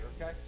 okay